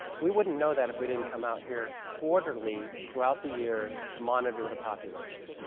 we wouldn't know that if we didn't come out here quarterly, throughout the year to monitor the population.